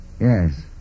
Yes